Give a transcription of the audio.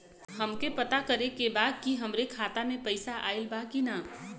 हमके पता करे के बा कि हमरे खाता में पैसा ऑइल बा कि ना?